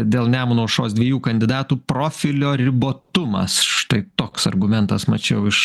dėl nemuno aušros dviejų kandidatų profilio ribotumas štai toks argumentas mačiau iš